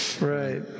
Right